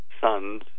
sons